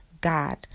God